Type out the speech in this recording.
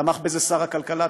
תמך בזה שר הכלכלה,